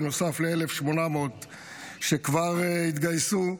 בנוסף ל-1,800 שכבר התגייסו,